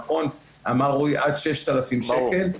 נכון, אמר רועי עד 6,000 שקלים,